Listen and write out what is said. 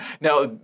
Now